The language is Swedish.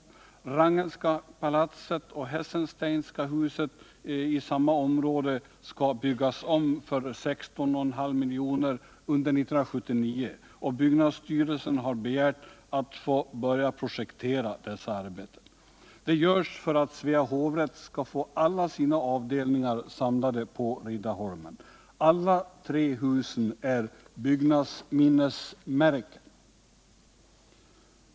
Wrangelska palatset och Hessensteinska huset i samma område skall byggas om för 16,5 miljoner under 1979, och byggnadsstyrelsen har begärt att få börja projektera dessa arbeten. Det görs för att Svea hovrätt skall få alla sina avdelningar samlade på Riddarholmen. Alla tre husen är byggnadsminnesmärken.